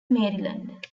maryland